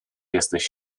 jesteś